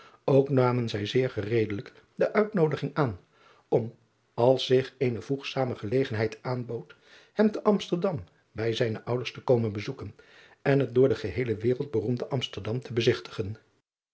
ok namen zij zeer gereedelijk de uitnoodiging aan om als zich eene voegzame gelegenheid aanbood hem te msterdam bij zijne ouders te komen bezoeken en het door de geheele wereld beroemde msterdam te bezigtigen